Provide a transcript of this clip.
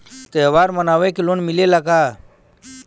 त्योहार मनावे के लोन मिलेला का?